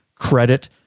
credit